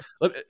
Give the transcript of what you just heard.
let